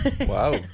wow